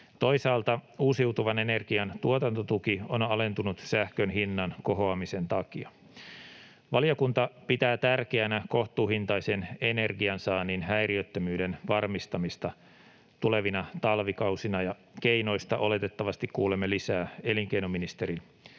Toisaalta uusiutuvan energian tuotantotuki on alentunut sähkön hinnan kohoamisen takia. Valiokunta pitää tärkeänä kohtuuhintaisen energiansaannin häiriöttömyyden varmistamista tulevina talvikausina, ja keinoista oletettavasti kuulemme lisää elinkeinoministerin